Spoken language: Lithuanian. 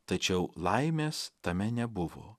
tačiau laimės tame nebuvo